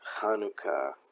Hanukkah